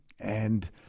and-